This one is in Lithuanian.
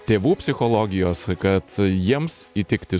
tėvų psichologijos kad jiems įtikti